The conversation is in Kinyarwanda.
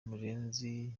murenzi